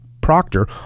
Proctor